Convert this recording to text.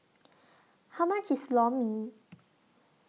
How much IS Lor Mee